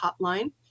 hotline